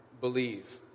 believe